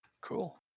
Cool